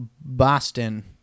Boston